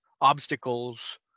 obstacles